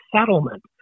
settlement